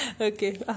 Okay